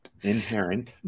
Inherent